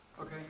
Okay